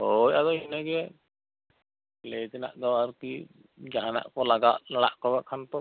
ᱦᱳᱭ ᱟᱫᱚ ᱤᱱᱟᱹᱜᱮ ᱞᱟᱹᱭ ᱛᱮᱱᱟᱜ ᱫᱚ ᱟᱨᱠᱤ ᱡᱟᱦᱟᱱᱟᱜ ᱠᱚ ᱞᱟᱜᱟᱜ ᱛᱮᱱᱟᱜ ᱠᱷᱟᱱ ᱛᱚ